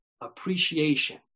appreciation